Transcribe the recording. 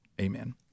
Amen